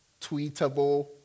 tweetable